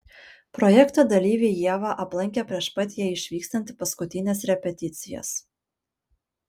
projekto dalyviai ievą aplankė prieš pat jai išvykstant į paskutines repeticijas